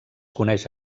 coneix